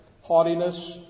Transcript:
haughtiness